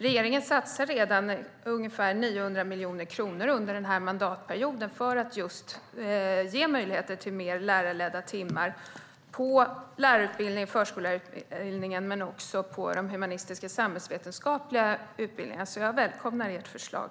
Regeringen satsar redan ungefär 900 miljoner kronor under den här mandatperioden för att ge möjlighet till mer lärarledda timmar i lärarutbildningen och förskollärarutbildningen, men även i de humanistiska och samhällsvetenskapliga utbildningarna. Jag välkomnar alltså ert förslag.